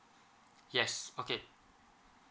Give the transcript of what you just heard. yes okay